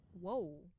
whoa